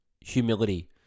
Humility